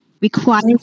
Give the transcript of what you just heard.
required